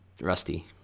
Rusty